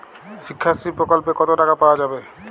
শিক্ষাশ্রী প্রকল্পে কতো টাকা পাওয়া যাবে?